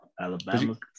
Alabama